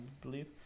believe